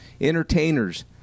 Entertainers